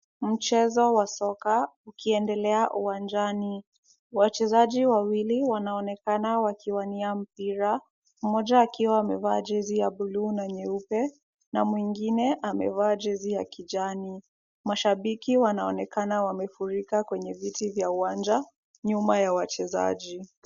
Mchezo wa soka ukiendelea uwanjani. Wachezaji wawili wanaonekana wakiwania mpira, mmoja akiwa amevaa jezi ya buluu na nyeupe na mwingine amevaa jezi ya kijani. Mashabiki wanaonekana wamefurika kwenye viti vya uwanja, nyuma ya wachezaji.